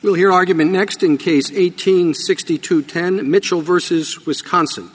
we'll hear argument next in case of eighteen sixty two ten mitchell versus wisconsin